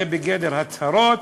זה בגדר הצהרות.